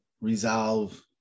resolve